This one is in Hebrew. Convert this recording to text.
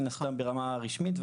מן הסתם ברמה רשמית,